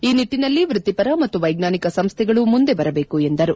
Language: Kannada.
ಈ ನಿಟ್ಟನಲ್ಲಿ ವೃತ್ತಿಪರ ಮತ್ತು ವೈಜ್ಞಾನಿಕ ಸಂಸ್ಥೆಗಳು ಮುಂದೆ ಬರಬೇಕು ಎಂದರು